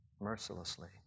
mercilessly